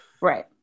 Right